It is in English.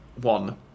one